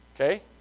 Okay